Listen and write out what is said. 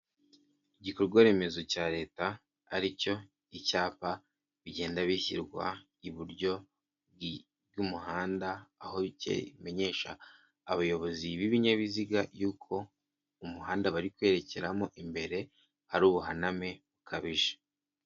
Igikorwa remezo cya leta ari cyo icyapa bigenda bishyirwa iburyo bw'umuhanda aho kimenyesha abayobozi b'ibinyabiziga yuko umuhanda bari kwerekeramo imbere hari ubuhaname bukabije.